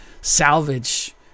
salvage